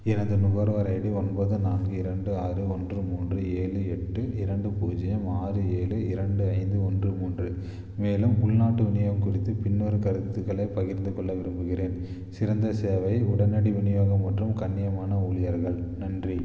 எனது நுகர்வோர் ஐடி ஒன்பது நான்கு இரண்டு ஆறு ஒன்று மூன்று ஏழு எட்டு இரண்டு பூஜ்ஜியம் ஆறு ஏழு இரண்டு ஐந்து ஒன்று மூன்று மேலும் உள்நாட்டு விநியோகம் குறித்து பின்வரும் கருத்துக்களைப் பகிர்ந்து கொள்ள விரும்புகின்றேன் சிறந்த சேவை உடனடி விநியோகம் மற்றும் கண்ணியமான ஊழியர்கள் நன்றி